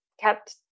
kept